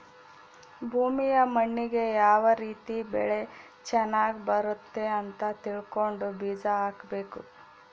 ಭೂಮಿಯ ಮಣ್ಣಿಗೆ ಯಾವ ರೀತಿ ಬೆಳೆ ಚನಗ್ ಬರುತ್ತೆ ಅಂತ ತಿಳ್ಕೊಂಡು ಬೀಜ ಹಾಕಬೇಕು